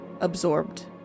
absorbed